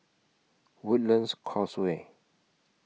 Woodlands Causeway